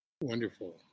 wonderful